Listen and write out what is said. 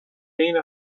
عین